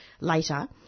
later